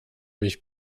mich